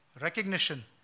recognition